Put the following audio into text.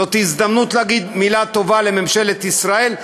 זו הזדמנות להגיד מילה טובה לממשלת ישראל,